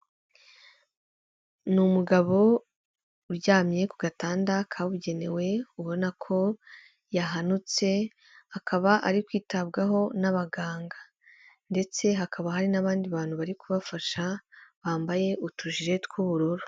Ni umugabo uryamye ku gatanda kabugenewe ubona ko yahanutse akaba ari kwitabwaho n'abaganga ndetse hakaba hari n'abandi bantu bari kubafasha bambaye utujire tw'ubururu.